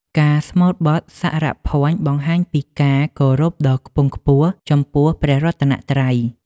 ការស្មូតបទ សរភញ្ញ បង្ហាញពីការគោរពដ៏ខ្ពង់ខ្ពស់ចំពោះព្រះរតនត្រ័យ។